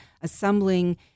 assembling